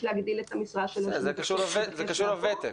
זה קשור לוותק.